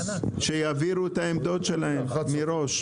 שיעבירו את העמדות שלהם מראש.